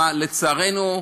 לצערנו,